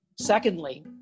Secondly